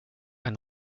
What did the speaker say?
ein